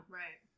right